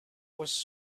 was